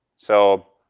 so,